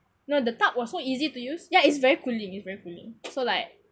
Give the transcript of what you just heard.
no the tub was so easy to use ya it's very cooling is very cooling so like